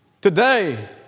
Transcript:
Today